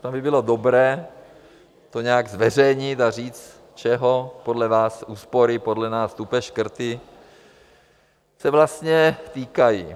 Bylo by dobré to nějak zveřejnit a říct, čeho podle vás úspory, podle nás tupé škrty se vlastně týkají.